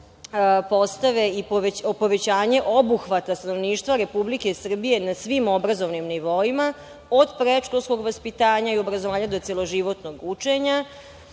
postave: povećanje obuhvata stanovništva Republike Srbije na svim obrazovnim nivoima, od predškolskog vaspitanja i obrazovanja do celoživotnog učenja;